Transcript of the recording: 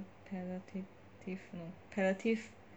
palliative no palliative